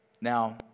now